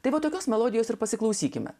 tai va tokios melodijos ir pasiklausykime